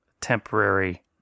temporary